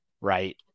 right